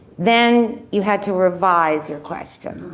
then you had to revise your question.